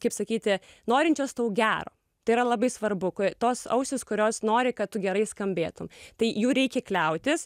kaip sakyti norinčios tau gero tai yra labai svarbu tos ausys kurios nori kad tu gerai skambėtum tai jų reikia kliautis